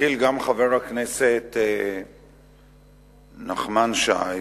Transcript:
התחיל גם חבר הכנסת נחמן שי,